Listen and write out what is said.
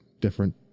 different